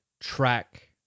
track